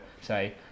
say